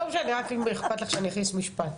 לא, משנה רק אם אכפת לך שאני אכניס משפט?